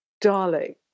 Darling